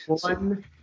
One